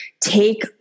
take